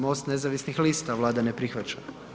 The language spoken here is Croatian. MOST nezavisnih lista, Vlada ne prihvaća.